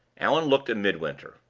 allan looked at midwinter.